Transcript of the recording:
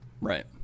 Right